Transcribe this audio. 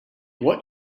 what